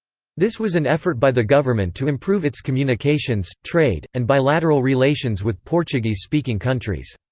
this was an effort by the government to improve its communications, trade, and bilateral relations with portuguese-speaking countries.